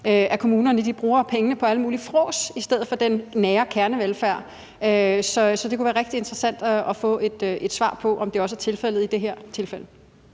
at kommunerne bruger pengene på alt muligt frås i stedet for den nære kernevelfærd. Så det kunne være rigtig interessant at få et svar på, om det også er tilfældet her. Kl.